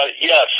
Yes